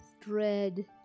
dread